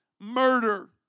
murder